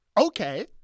Okay